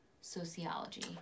sociology